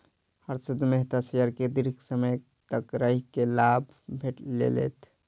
Harshad Mehta share के दीर्घ समय तक राइख के लाभ लेलैथ